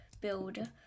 build